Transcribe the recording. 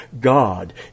God